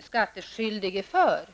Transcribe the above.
skattskyldige för.